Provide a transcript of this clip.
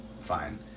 fine